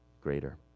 greater